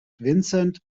vincent